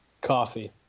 coffee